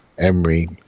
Emery